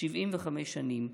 75 שנים.